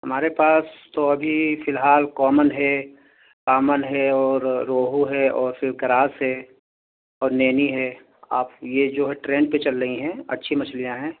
ہمارے پاس تو ابھی فی الحال کامن ہے کامن ہے اور روہو ہے اور پھر گراس ہے اور نینی ہے آپ یہ جو ہے ٹرینڈ پہ چل رہی ہیں اچھی مچھلیاں ہیں